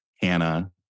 Hannah